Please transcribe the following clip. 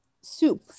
soup